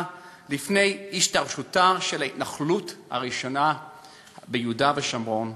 לפני השתרשותה של ההתנחלות הראשונה ביהודה ושומרון.